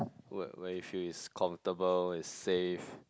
where where you feel is comfortable is safe